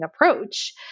approach